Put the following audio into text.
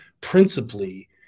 principally